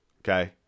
okay